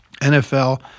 NFL